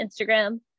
instagram